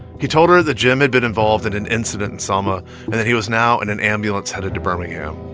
he told her that jim had been involved in an incident in selma and that he was now in an ambulance headed to birmingham.